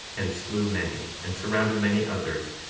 and slew many, and surrounded many others,